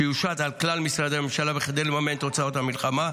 שיושת על כלל משרדי הממשלה כדי לממן את הוצאות המלחמה.